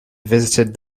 visited